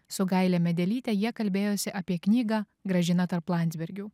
su gaile medelytė jie kalbėjosi apie knygą gražina tarp landsbergių